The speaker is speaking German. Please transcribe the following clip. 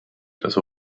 das